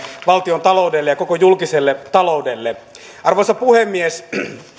valtiontaloudelle ja koko julkiselle taloudelle arvoisa puhemies